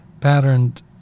patterned